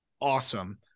awesome